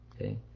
Okay